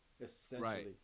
essentially